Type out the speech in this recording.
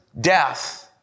death